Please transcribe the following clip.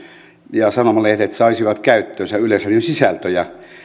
ja sanomalehdet saisivat käyttöönsä yleisradion sisältöjä